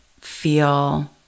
feel